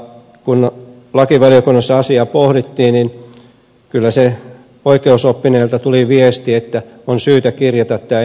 kun lakivaliokunnassa asiaa pohdittiin niin kyllä oikeusoppineilta tuli viesti että on syytä kirjata tämä enimmäisikä siihen